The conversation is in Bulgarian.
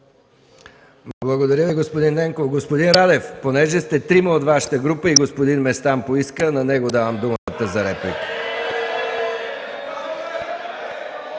Благодаря Ви, господин Ненков. Господин Радев, понеже сте трима от Вашата група и господин Местан поиска думата, на него я давам за реплика.